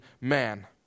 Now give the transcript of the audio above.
man